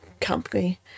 company